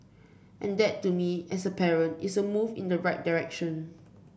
and that to me as a parent is a move in the right direction